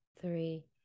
three